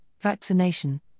vaccination